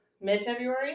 mid-February